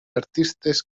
artistes